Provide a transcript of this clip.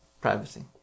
privacy